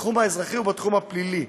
בתחום האזרחי ובתחום הפלילי.